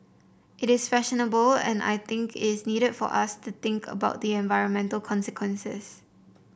it is fashionable and I think it's needed for us to think about the environmental consequences